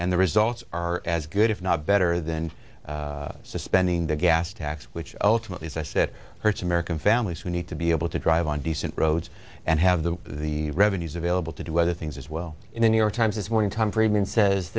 and the results are as good if not better than suspending the gas tax which ultimately as i said hurts american families who need to be able to drive on decent roads and have the the revenues available to do other things as well in the new york times this morning tom friedman says